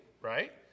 right